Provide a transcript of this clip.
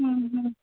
हूँ हूँ